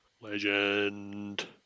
Legend